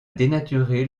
dénaturer